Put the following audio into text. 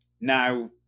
Now